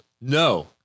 No